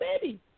baby